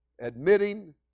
admitting